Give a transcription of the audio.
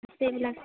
এইবিলাক